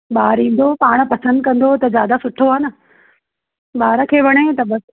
ॿार ईंदो पाण पसंदि कंदो त ज्यादा सुठो आहे न ॿार खे वणे त बसि